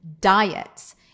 diets